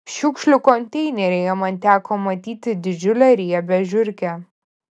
šiukšlių konteineryje man teko matyti didžiulę riebią žiurkę